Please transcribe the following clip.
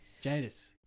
Jadis